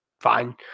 fine